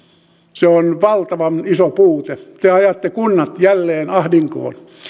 se on valtavan iso puute te ajatte kunnat jälleen ahdinkoon